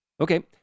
Okay